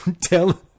Tell